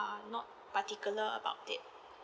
not particular about it